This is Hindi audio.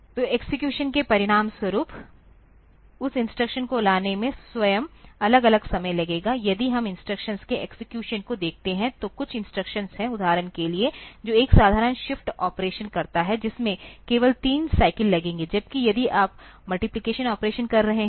तो एक्सेक्यूशन के परिणामस्वरूप उस इंस्ट्रक्शन को लाने में स्वयं अलग अलग समय लगेगा यदि हम इंस्ट्रक्शंस के एक्सेक्यूशन को देखते हैं तो कुछ इंस्ट्रक्शन हैं उदाहरण के लिए जो एक साधारण शिफ्ट ऑपरेशन करता है जिसमें केवल तीन साइकिल लगेंगे जबकि यदि आप मल्टिप्लिकेशन ऑपरेशन कर रहे हैं